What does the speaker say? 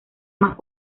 más